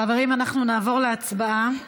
חברים, אנחנו נעבור להצבעה.